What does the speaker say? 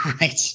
right